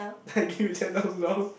I give you ten thousand dollars